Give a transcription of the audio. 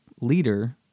leader